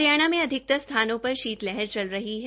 हरियाणा में अधिकतर स्थानों पर शीत लहर चल रह है